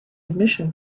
admission